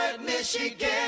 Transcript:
Michigan